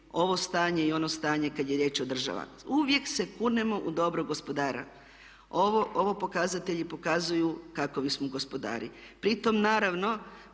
ovo stanje i ono stanje kad je riječ o državi. Uvijek se kunemo u dobrog gospodara. Ovo pokazatelji pokazuju kako smo gospodari.